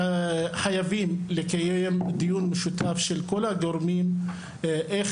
חייבים לקיים דיון משותף של כל הגורמים איך